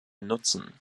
nutzen